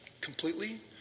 completely